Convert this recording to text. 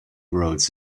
roads